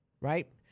right